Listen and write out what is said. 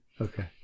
Okay